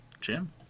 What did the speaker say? Jim